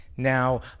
Now